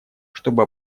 чтобы